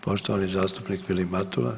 Poštovani zastupnik Vilim Matula.